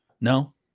No